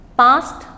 past